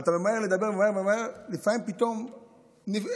אתה ממהר לדבר, ממהר ממהר, ולפעמים פתאום מתנתק.